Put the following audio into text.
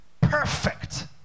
perfect